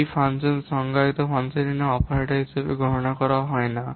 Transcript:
একটি ফাংশন সংজ্ঞায়িত ফাংশনটির নাম অপারেটর হিসাবে গণনা করা হয় না